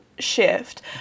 Shift